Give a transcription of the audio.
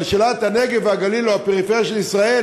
אבל שאלת הנגב והגליל או הפריפריה של ישראל